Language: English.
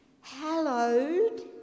hallowed